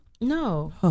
No